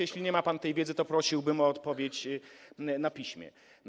Jeśli nie ma pan tej wiedzy, to prosiłbym o odpowiedź na piśmie.